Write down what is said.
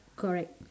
correct